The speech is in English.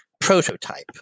prototype